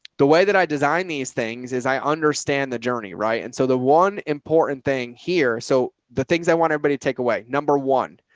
the way that i design these things is i understand the journey, right? and so the one important thing here, so the things i want everybody to take away, number one,